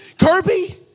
Kirby